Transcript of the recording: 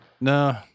No